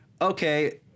okay